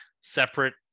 separate